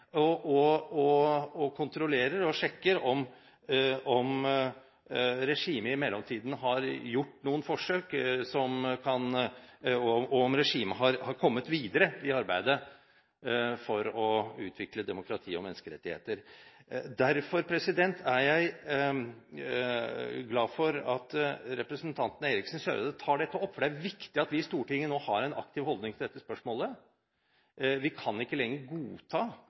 og kontrollerer og sjekker om regimet i mellomtiden har kommet videre i arbeidet for å utvikle demokrati og menneskerettigheter. Jeg er glad for at representanten Eriksen Søreide tar opp dette, for det er viktig at vi i Stortinget nå har en aktiv holdning til dette spørsmålet. Vi kan ikke lenger godta